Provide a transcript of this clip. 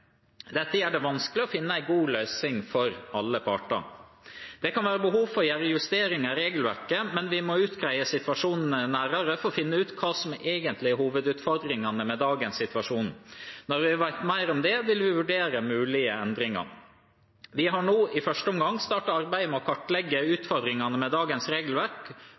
Dette gjør det vanskelig å finne en god løsning for alle parter. Det kan være behov for å gjøre justeringer i regelverket, men vi må utrede situasjonen nærmere for å finne ut hva som egentlig er hovedutfordringene med dagens situasjon. Når vi vet mer om det, vil vi vurdere mulige endringer. Vi har nå i første omgang startet arbeidet med å kartlegge utfordringene med dagens regelverk